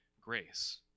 grace